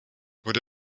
wurde